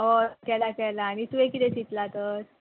हय केलां केलां आनी तुवें किदें चितलां तर